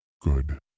Good